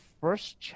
first